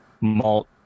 malt